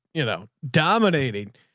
you know, dominating,